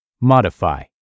modify